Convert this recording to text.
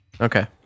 okay